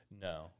No